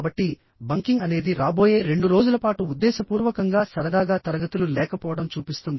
కాబట్టిబంకింగ్ అనేది రాబోయే రెండు రోజుల పాటు ఉద్దేశపూర్వకంగా సరదాగా తరగతులు లేకపోవడం చూపిస్తుంది